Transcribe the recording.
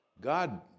God